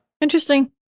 Interesting